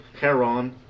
Heron